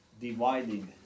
dividing